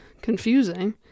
confusing